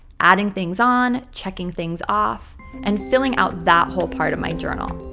adding things on, checking things off and filling out that whole part of my journal.